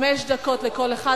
סעיף קטן (ג); חמש דקות לכל אחד.